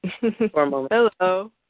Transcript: Hello